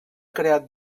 creat